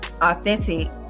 authentic